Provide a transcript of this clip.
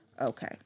Okay